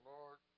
Lord